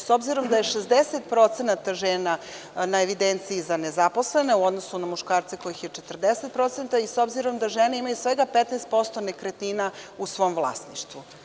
S obzirom da je 60% žena na evidenciji za nezaposlene u odnosu na muškarce kojih 40% i s obzirom da žene imaju svega 15% nekretnina u svom vlasnišvu.